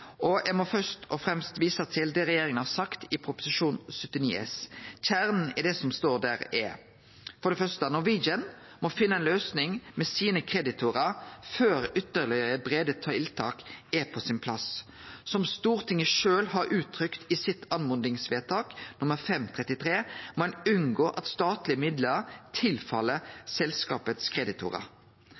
Eg må først og fremst vise til det regjeringa har sagt i Prop. 79 S for 2020–2021. Kjernen i det som står der, er for det første at Norwegian må finne ei løysing med sine kreditorar før ytterlegare breie tiltak er på sin plass. Som Stortinget sjølv har uttrykt i sitt oppmodingsvedtak nr. 533, må ein unngå at statlege midlar går til selskapets kreditorar.